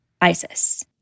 ISIS